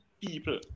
people